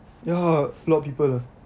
ya a lot of people ah